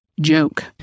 joke